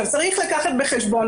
צריך לקחת בחשבון,